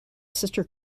sister